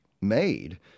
made